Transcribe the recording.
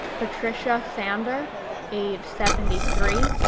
patricia sander age seventy three,